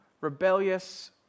rebellious